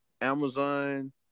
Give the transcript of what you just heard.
Amazon